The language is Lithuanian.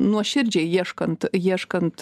nuoširdžiai ieškant ieškant